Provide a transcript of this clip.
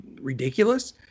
ridiculous